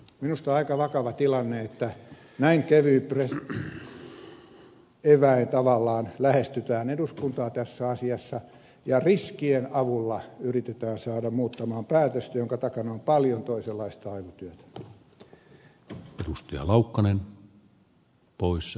minusta aika vakava tilanne että näin kevyin eväin tavallaan lähestytään eduskuntaa tässä asiassa ja riskien avulla yritetään saada muuttamaan päätöstä jonka takana on paljon toisenlaista aivotyötä